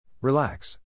Relax